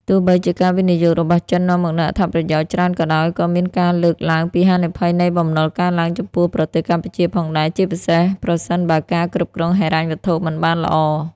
ទោះបីជាការវិនិយោគរបស់ចិននាំមកនូវអត្ថប្រយោជន៍ច្រើនក៏ដោយ ក៏មានការលើកឡើងពីហានិភ័យនៃបំណុលកើនឡើងចំពោះប្រទេសកម្ពុជាផងដែរ ជាពិសេសប្រសិនបើការគ្រប់គ្រងហិរញ្ញវត្ថុមិនបានល្អ។